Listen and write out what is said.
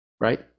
right